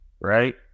right